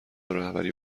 رهبری